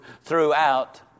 throughout